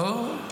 אוהו,